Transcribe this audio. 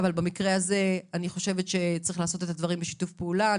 אבל במקרה הזה אני חושבת שצריך לעשות את הדברים בשיתוף פעולה.